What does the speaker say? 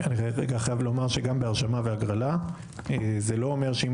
אני רגע חייב לומר שגם בהרשמה והגרלה זה לא אומר שאם